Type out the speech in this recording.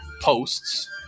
posts